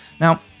Now